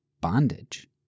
bondage